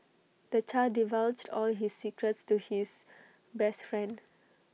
the child divulged all his secrets to his best friend